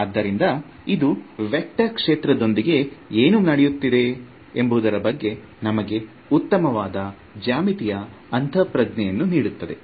ಆದ್ದರಿಂದ ಇದು ವೆಕ್ಟರ್ ಕ್ಷೇತ್ರದೊಂದಿಗೆ ಏನು ನಡೆಯುತ್ತಿದೆ ಎಂಬುದರ ಬಗ್ಗೆ ನಮಗೆ ಉತ್ತಮವಾದ ಜ್ಯಾಮಿತೀಯ ಅಂತಃಪ್ರಜ್ಞೆಯನ್ನು ನೀಡುತ್ತದೆ